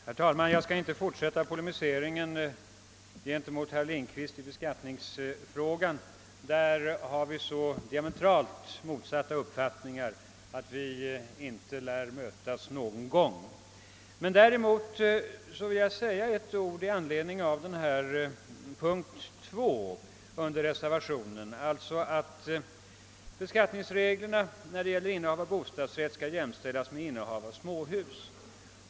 Herr talman! Jag skall inte fortsätta polemiken mot herr Lindkvist i skattefrågan. Därvidlag har vi så diametralt motsatta uppfattningar att vi aldrig lär kunna mötas. Däremot vill jag säga några ord i anledning av punkt 2 i reservationen där det begärs utredning i syfte att åstadkomma sådan ändring av beskattningsreglerna, att innehav av bostadsrätt jämställs med innehav av småhus.